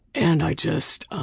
and i just,